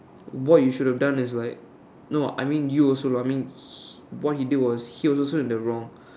what you should have done is like no I mean you also lah I mean he what he did also he's also in the wrong